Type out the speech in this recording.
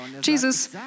Jesus